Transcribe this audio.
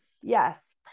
Yes